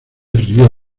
rió